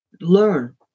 learn